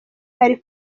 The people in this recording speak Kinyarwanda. ari